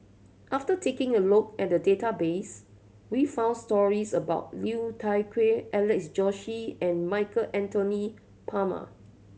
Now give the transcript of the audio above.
after taking a look at the database we found stories about Liu Thai Ker Alex Josey and Michael Anthony Palmer